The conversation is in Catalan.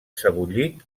sebollit